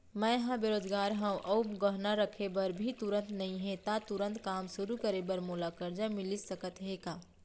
मैं ह बेरोजगार हव अऊ गहना रखे बर भी तुरंत नई हे ता तुरंत काम शुरू करे बर मोला करजा मिलिस सकत हे का?